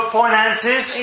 finances